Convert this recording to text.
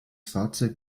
fahrzeug